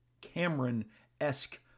Cameron-esque